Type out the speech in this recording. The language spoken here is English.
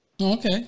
okay